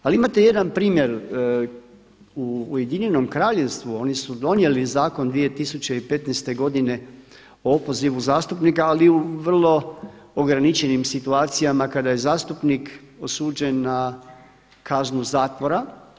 Ali imate jedan primjer, u Ujedinjenom Kraljevstvu, oni su donijeli zakon 2015. godine o opozivu zastupnika ali u vrlo ograničenim situacijama kada je zastupnik osuđen na kaznu zatvora.